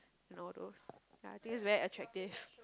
you know those ya I think it's very attractive